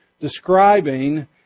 describing